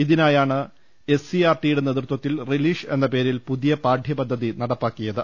ഇതിനായാണ് S C R ടിയുടെ നേതൃത്വത്തിൽ relish എന്ന പേരിൽ പുതിയ പാഠ്യപദ്ധതി നടപ്പാക്കിയത്